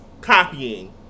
copying